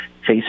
face